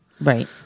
Right